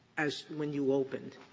as when you opened,